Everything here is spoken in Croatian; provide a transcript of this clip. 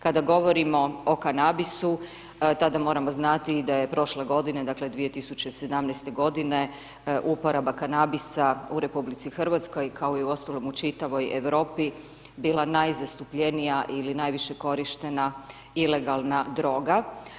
Kada govorimo o kanabisu, tada moramo znati da je prošle godine, dakle 2017. godine uporaba kanabisa u RH kao i uostalom u čitavoj Europi bila najzastupljenija ili najviše korištena ilegalna droga.